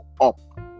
up